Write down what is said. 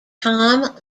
tom